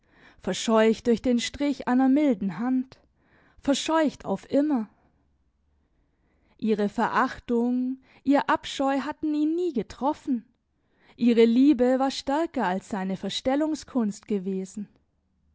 verscheucht durch den strich einer milden hand verscheucht auf immer ihre verachtung ihr abscheu hatten ihn nie getroffen ihre liebe war stärker als seine verstellungskunst gewesen